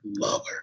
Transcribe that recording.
lover